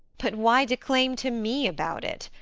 but why declaim to me about it?